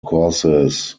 causes